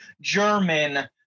German